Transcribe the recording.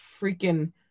freaking